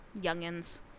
youngins